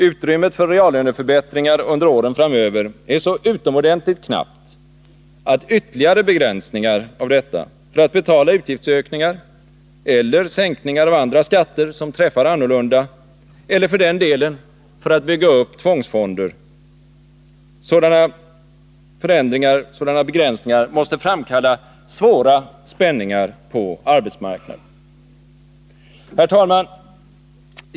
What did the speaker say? Utrymmet för reallöneförbättringar under åren framöver är så utomordentligt knappt, att ytterligare begränsningar av detta för att betala utgiftsökningar eller sänkningar av andra skatter som träffar annorlunda — eller för den delen för att bygga upp tvångsfonder — måste framkalla spänningar på arbetsmarknaden. Herr talman!